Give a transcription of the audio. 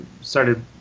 started